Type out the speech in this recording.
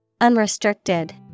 Unrestricted